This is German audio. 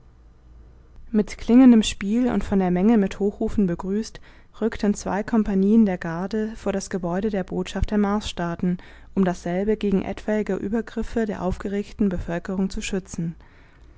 mit klingendem spiel und von der menge mit hochrufen begrüßt rückten zwei kompagnien der garde vor das gebäude der botschaft der marsstaaten um dasselbe gegen etwaige übergriffe der aufgeregten bevölkerung zu schützen